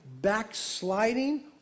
backsliding